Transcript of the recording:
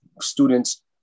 students